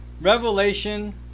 Revelation